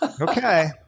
okay